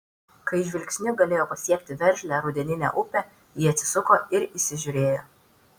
kai žvilgsniu galėjo pasiekti veržlią rudeninę upę ji atsisuko ir įsižiūrėjo